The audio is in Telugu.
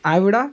ఆవిడ